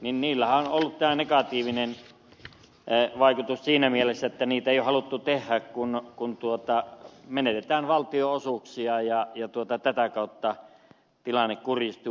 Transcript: näillä kuntaliitoksillahan on ollut tämä negatiivinen vaikutus siinä mielessä että niitä ei ole haluttu tehdä kun menetetään valtionosuuksia ja tätä kautta tilanne kurjistuu entisestään